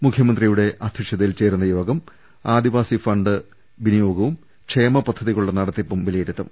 മുഖ്യമന്ത്രിയുടെ അധ്യ ക്ഷതയിൽ ചേരുന്നയോഗം ആദിവാസി പദ്ധതി ഫണ്ട് വിനിയോഗവും ക്ഷേമ പദ്ധതികളുടെ നടത്തിപ്പും വിലയിരുത്തും